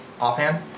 offhand